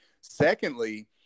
Secondly